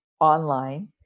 online